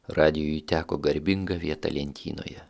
radijui teko garbinga vieta lentynoje